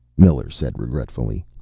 miller said regretfully.